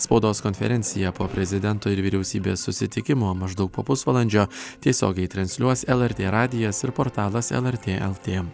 spaudos konferenciją po prezidento ir vyriausybės susitikimo maždaug po pusvalandžio tiesiogiai transliuos lrt radijas ir portalas lrt lt